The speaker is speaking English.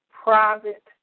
Private